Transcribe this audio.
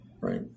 right